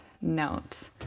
note